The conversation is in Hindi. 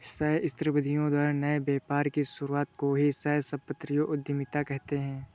सहस्राब्दियों द्वारा नए व्यापार की शुरुआत को ही सहस्राब्दियों उधीमता कहते हैं